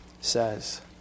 says